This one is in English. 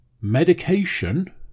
Medication